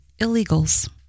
illegals